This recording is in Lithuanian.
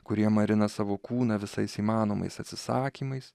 kurie marina savo kūną visais įmanomais atsisakymais